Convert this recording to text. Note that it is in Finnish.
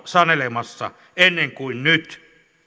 sanelemassa ennen kuin nyt